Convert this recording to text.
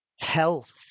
health